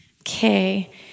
Okay